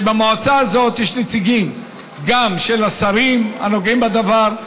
ובמועצה הזו יש נציגים גם של השרים הנוגעים בדבר,